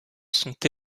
sont